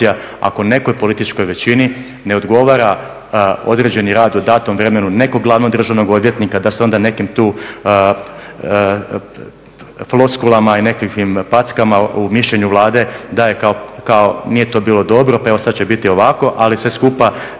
ako nekoj političkoj većini ne odgovara određeni rad u datom vremenu nekog glavnog državnog odvjetnika, da se onda nekim tu floskulama i nekakvim packama u mišljenju Vlade daje kao, nije to bilo dobro, pa evo sad će biti ovako, ali sve skupa